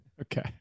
Okay